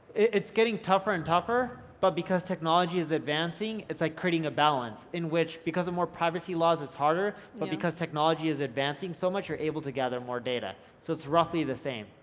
it's getting tougher and tougher, but because technology is advancing, it's like, creating a balance in which, because of more privacy laws it's harder, but because technology is advancing so much, you're able to gather more data. so it's roughly the same.